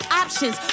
options